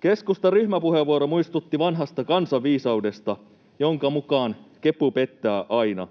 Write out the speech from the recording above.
Keskustan ryhmäpuheenvuoro muistutti vanhasta kansanviisaudesta, jonka mukaan kepu pettää aina.